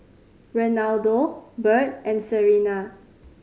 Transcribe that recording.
Renaldo Bird and Serena